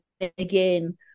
again